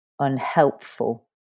unhelpful